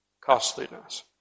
costliness